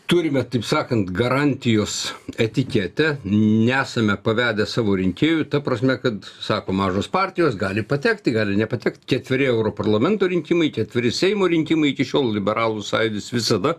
turime taip sakant garantijos etiketę nesame pavedę savo rinkėjų ta prasme kad sako mažos partijos gali patekti gali nepatekt ketveri europarlamento rinkimai ketveri seimo rinkimai iki šiol liberalų sąjūdis visada